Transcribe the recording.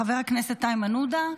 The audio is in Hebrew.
חבר הכנסת איימן עודה,